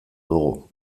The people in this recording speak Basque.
dugu